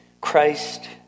Christ